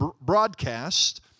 broadcast